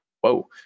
whoa